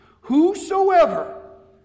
whosoever